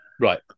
Right